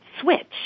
switch